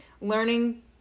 Learning